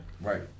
right